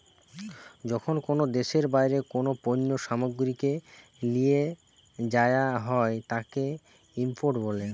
যখন কোনো দেশের বাইরে কোনো পণ্য সামগ্রীকে লিয়ে যায়া হয় তাকে ইম্পোর্ট বলে